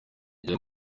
byari